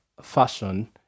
fashion